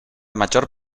major